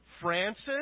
Francis